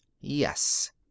Yes